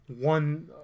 one